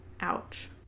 Ouch